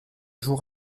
jours